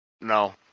No